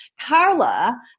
Carla